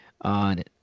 on